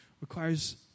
requires